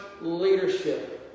leadership